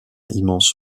immense